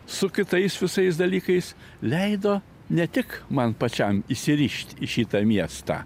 su kitais visais dalykais leido ne tik man pačiam įsirišt į šitą miestą